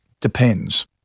Depends